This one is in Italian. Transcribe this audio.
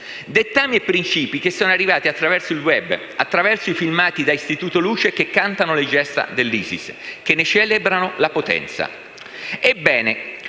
dettami e principi che sono arrivati attraverso il *web*, attraverso i filmati da Istituto Luce che cantano le gesta dell'ISIS e che ne celebrano la potenza.